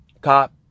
cop